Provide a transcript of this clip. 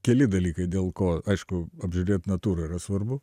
keli dalykai dėl ko aišku apžiūrėt natūrą yra svarbu